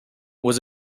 was